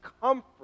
comfort